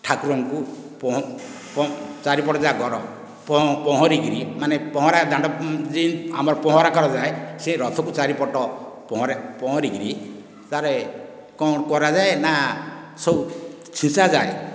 ଠାକୁରଙ୍କୁ ପହଁ ଚାରିପଟ ଯାକର ପହଁରୀକିରି ଯେମିତି ପହଁରା ଦାଣ୍ଡ ପହଁରା ଯେମିତି ପହଁରା କରାଯାଏ ସେଇ ରଥକୁ ଚାରି ପଟ ପହଁରିକିରି ତାରେ କ'ଣ କରାଯାଏ ନା ସବୁ ଛୀଞ୍ଚାଯାଏ